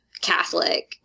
Catholic